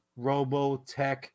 Robotech